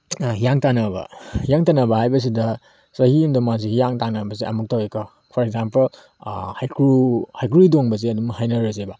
ꯍꯤꯌꯥꯡ ꯇꯥꯟꯅꯕ ꯍꯤꯌꯥꯡ ꯇꯥꯟꯅꯕ ꯍꯥꯏꯕꯁꯤꯗ ꯆꯍꯤ ꯑꯃꯗ ꯃꯥꯁꯦ ꯍꯤꯌꯥꯡ ꯇꯥꯟꯅꯕꯁꯦ ꯑꯃꯨꯛ ꯇꯧꯋꯤꯀꯣ ꯐꯣꯔ ꯑꯦꯛꯖꯥꯝꯄꯜ ꯍꯩꯀ꯭ꯔꯨ ꯍꯩꯀ꯭ꯔꯨ ꯍꯤꯗꯣꯡꯕꯁꯦ ꯑꯗꯨꯝ ꯍꯥꯏꯅꯔꯁꯦꯕ